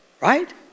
right